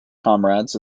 comrades